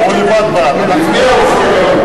משרד התחבורה, לשנת הכספים 2011,